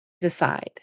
decide